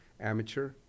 amateur